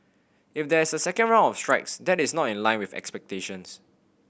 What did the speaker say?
if there is a second round of strikes that is not in line with expectations